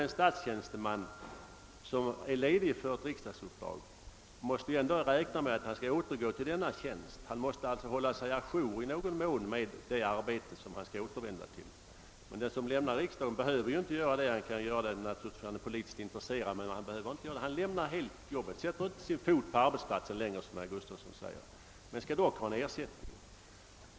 En statstjänsteman som är ledig för riksdagsuppdrag måste ändå räkna med att återgå till sin tjänst och måste i någon mån hålla sig å jour med det arbete han skall återvända till. Den som lämnat riksdagen behöver emellertid inte göra detta, även om han naturligtvis av politiskt intresse ändå kan göra det. Han lämnar helt sitt uppdrag och sätter inte längre sin fot här i riksdagen, men han skall ändå ha ersättning.